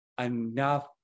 enough